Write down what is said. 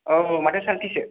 औ माथो सानथिसो